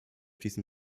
diesen